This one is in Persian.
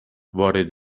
وارد